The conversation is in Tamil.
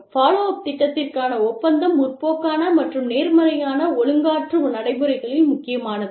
ஃபாலோ அப் திட்டத்திற்கான ஒப்பந்தம் முற்போக்கான மற்றும் நேர்மறையான ஒழுக்காற்று நடைமுறைகளில் முக்கியமானது